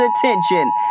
attention